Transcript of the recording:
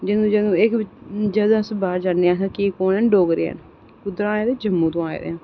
जदूं जदूं अस बाह्र जन्ने आं ते असें केह् खुआन्ना जम्मू कुद्धरा आए दे जम्मू दा आए दे